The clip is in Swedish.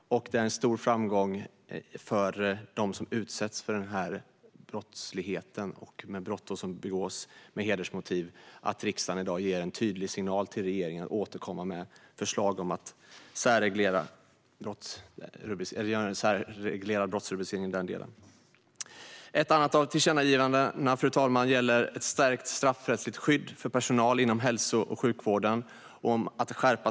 För dem som utsätts för brott med hedersmotiv är det en stor framgång att riksdagen i dag ger en tydlig signal till regeringen om att återkomma till riksdagen med en reglerad brottsrubricering. Ett annat tillkännagivande gäller ett starkt straffrättsligt skydd för personal inom hälso och sjukvården.